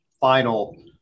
final